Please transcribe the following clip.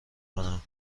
کنم